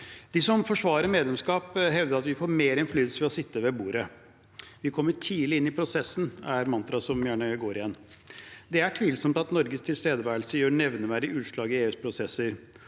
De som forsvarer medlemskap, hevder at vi får mer innflytelse ved å sitte ved bordet. Vi kommer tidlig inn i prosessen, er mantraet som gjerne går igjen. Det er tvilsomt at Norges tilstedeværelse gjør nevneverdig utslag i EUs prosesser.